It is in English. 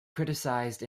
criticised